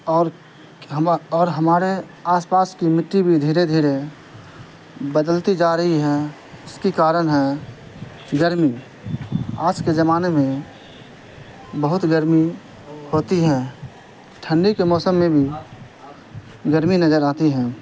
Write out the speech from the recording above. اور اور ہمارے آس پاس کی مٹی بھی دھیرے دھیرے بدلتی جا رہی ہے اس کا کارن ہے گرمی آج کے زمانے میں بہت گرمی ہوتی ہے ٹھنڈی کے موسم میں بھی گرمی نظر آتی ہے